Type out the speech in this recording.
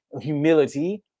humility